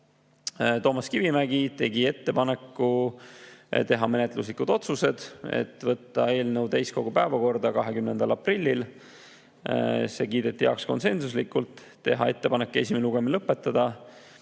Toomas Kivimägi tegi ettepaneku teha järgmised menetluslikud otsused: võtta eelnõu täiskogu päevakorda 20. aprillil (see kiideti heaks konsensuslikult), teha ettepanek esimene lugemine lõpetada